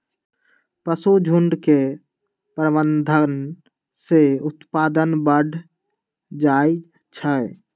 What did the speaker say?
पशुझुण्ड के प्रबंधन से उत्पादन बढ़ जाइ छइ